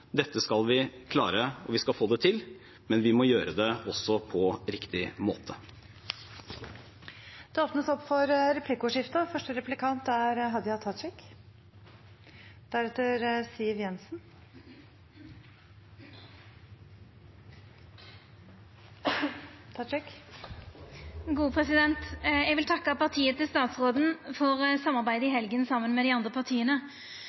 Dette skal vi klare. Vi skal få det til, men vi må gjøre det på riktig måte. Det blir replikkordskifte. Eg vil takka partiet til statsråden for